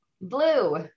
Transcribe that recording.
Blue